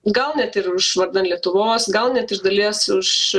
gal net ir vardan lietuvos gal net iš dalies už